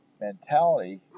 mentality